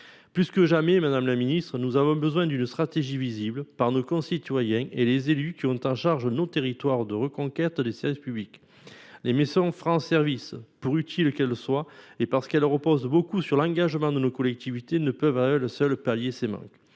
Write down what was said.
plus que jamais besoin d’une stratégie, visible par nos concitoyens et les élus responsables de nos territoires, de reconquête des services publics. Les maisons France Services, pour utiles qu’elles soient, mais parce qu’elles reposent beaucoup sur l’engagement de nos collectivités, ne peuvent à elles seules pallier ces manques.